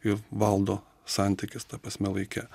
ir valdo santykis ta prasme laike